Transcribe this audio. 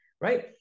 right